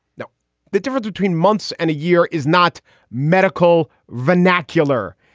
you know the difference between months and a year is not medical vernacular.